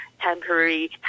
temporary